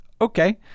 Okay